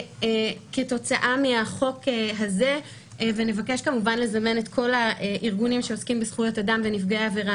ובו נבקש כמובן לזמן את כל הארגונים שעוסקים בזכויות של נפגעי עברה.